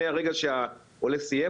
מהרגע שהעולה סיים,